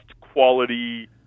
quality